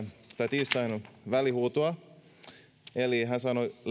tiistaista välihuutoa hän sanoi leikkaatte